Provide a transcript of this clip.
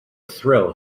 thrill